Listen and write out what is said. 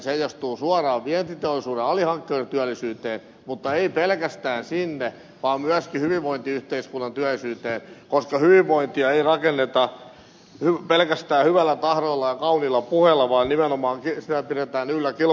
se heijastuu suoraan vientiteollisuuden alihankkijoiden työllisyyteen mutta ei pelkästään sinne vaan myöskin hyvinvointiyhteiskunnan työllisyyteen koska hyvinvointia ei rakenneta pelkästään hyvällä tahdolla ja kauniilla puheilla vaan nimenomaan sitä pidetään yllä kilpailukyvyllä ja viennillä